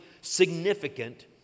significant